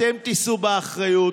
אתם תישאו באחריות,